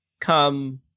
come